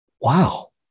Wow